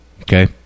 Okay